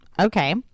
okay